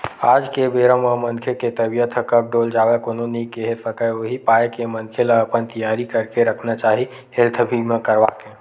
आज के बेरा म मनखे के तबीयत ह कब डोल जावय कोनो नइ केहे सकय उही पाय के मनखे ल अपन तियारी करके रखना चाही हेल्थ बीमा करवाके